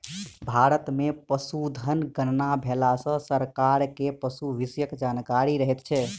भारत मे पशुधन गणना भेला सॅ सरकार के पशु विषयक जानकारी रहैत छै